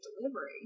delivery